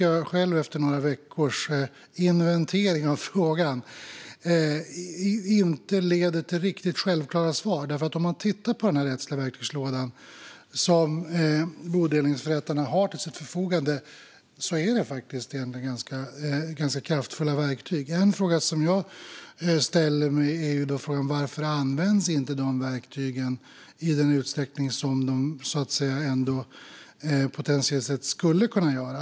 Jag har ägnat några veckor åt inventering av frågan som inte har lett till några riktigt självklara svar. Om man tittar på den rättsliga verktygslåda som bodelningsförrättarna har till sitt förfogande kan man konstatera att det faktiskt är ganska kraftfulla verktyg. En fråga jag då ställer mig är varför dessa verktyg inte används i den utsträckning som de potentiellt sett skulle kunna göra.